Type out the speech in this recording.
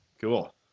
Cool